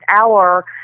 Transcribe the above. hour